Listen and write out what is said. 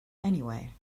anyway